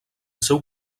seu